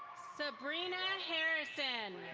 sabrina harrison.